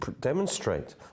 demonstrate